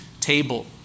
table